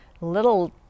little